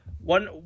One